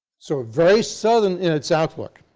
so very southern in its outlook.